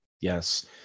Yes